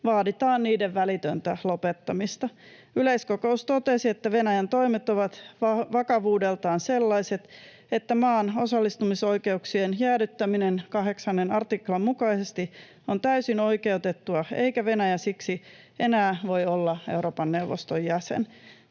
vaaditaan niiden välitöntä lopettamista. Yleiskokous totesi, että Venäjän toimet ovat vakavuudeltaan sellaiset, että maan osallistumisoikeuksien jäädyttäminen 8 artiklan mukaisesti on täysin oikeutettua eikä Venäjä siksi enää voi olla Euroopan neuvoston jäsen.